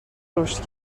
رشد